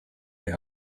they